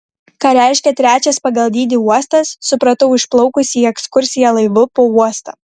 ką reiškia trečias pagal dydį uostas supratau išplaukus į ekskursiją laivu po uostą